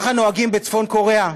כך נוהגים בצפון-קוריאה,